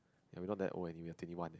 ya we're not that old anyway we're twenty one